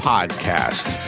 Podcast